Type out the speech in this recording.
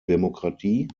demokratie